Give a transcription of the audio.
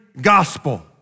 gospel